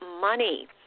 money